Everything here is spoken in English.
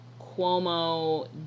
Cuomo